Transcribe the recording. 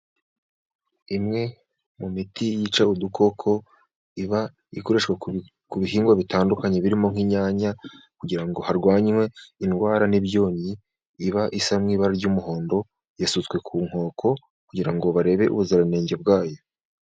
Imwe mu miti yica udukoko, iba ikoreshwa ku bihingwa bitandukanye, birimo nk'inyanya kugira ngo harwanywe indwara n'ibyonyi, iba isa mw'ibara ry'umuhondo, yasutswe ku nkoko, kugira ngo barebe ubuziranenge bwayo.